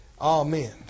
Amen